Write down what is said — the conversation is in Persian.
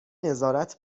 نظارت